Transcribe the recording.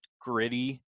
gritty